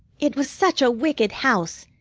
it was such a wicked house.